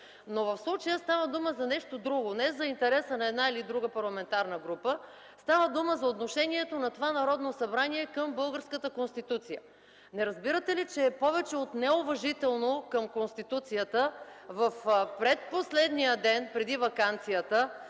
Но в случая става дума за нещо друго, не за интереса на една или друга парламентарна група, а за отношението на това Народно събрание към българската Конституция. Не разбирате ли, че е повече от неуважително към Конституцията в предпоследния ден преди ваканцията,